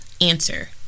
Answer